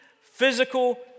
physical